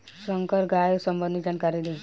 संकर गाय संबंधी जानकारी दी?